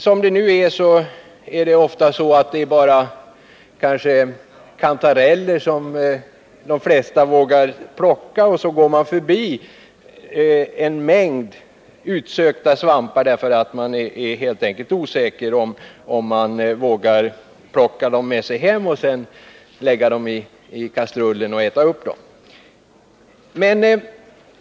F.n. vågar de flesta människor kanske bara plocka kantareller men går förbi en mängd utsökta svampar. Man är helt enkelt osäker om huruvida man vågar plocka dem, lägga dem i kastrullen och äta dem.